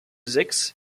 sechs